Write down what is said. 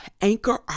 anchor